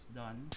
done